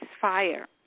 fire